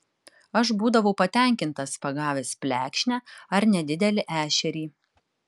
aš būdavau patenkintas pagavęs plekšnę ar nedidelį ešerį